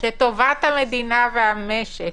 שטובת המדינה והמשק